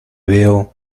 veo